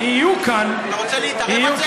יהיו כאן, אתה רוצה להתערב על זה?